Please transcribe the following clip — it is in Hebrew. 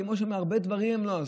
כמו הרבה דברים שהם לא עשו,